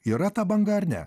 yra ta banga ar ne